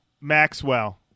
Maxwell